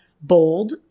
bold